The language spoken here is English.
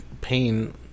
pain